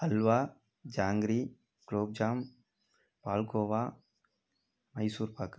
halwa jangiri gulab jam palkova Mysore pak